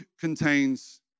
contains